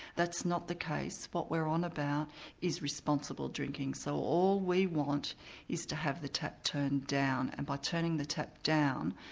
that's not the case, what we're on about is responsible drinking. so all we want is to have the tap turned down and by turning the tap down,